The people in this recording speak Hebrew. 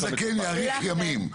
אם הזקן יאריך ימים,